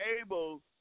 able